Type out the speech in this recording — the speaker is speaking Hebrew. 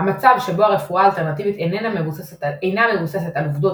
"המצב שבו הרפואה האלטרנטיבית אינה מבוססת על עובדות